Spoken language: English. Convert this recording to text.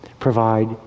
provide